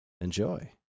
enjoy